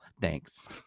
thanks